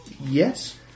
Yes